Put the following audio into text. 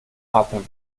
atmen